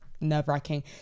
Nerve-wracking